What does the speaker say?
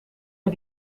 met